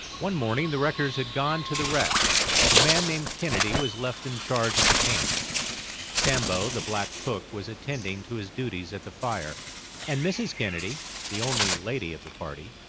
one morning the wreckers had gone to the wreck a man named kennedy was left in charge of the camp sambo the black cook, was attending to his duties at the fire and mrs. kennedy, the only lady of the party,